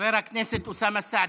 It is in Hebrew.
חבר הכנסת אוסאמה סעדי.